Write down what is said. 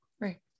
right